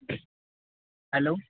hello